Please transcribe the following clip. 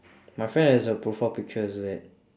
my friend has a profile picture as that